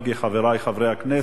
חברי חברי הכנסת,